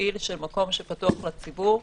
מפעיל של מקום שפתוח לציבור,